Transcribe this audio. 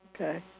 Okay